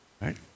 right